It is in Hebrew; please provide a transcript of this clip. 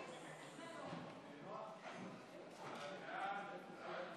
ההצעה להעביר את הצעת חוק